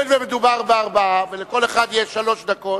הואיל ומדובר בארבעה ולכל אחד יש שלוש דקות,